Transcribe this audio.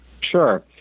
Sure